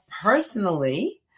personally